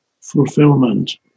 fulfillment